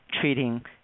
treating